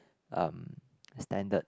um standard